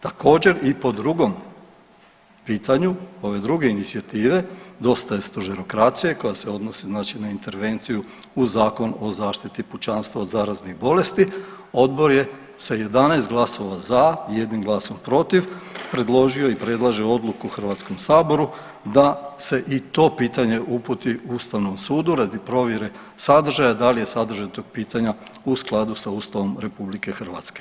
Također i po drugom pitanju ove druge inicijative „Dosta je stožerokracije“ koja se odnosi na intervenciju u Zakon o zaštiti pučanstva od zaraznih bolesti, odbor je sa 11 glasova za i jednim glasom protiv, predložio i predlaže odluku HS-u da se i to pitanje uputi Ustavnom sudu radi provjere sadržaja, da li je sadržaj tog pitanja u skladu sa Ustavom RH.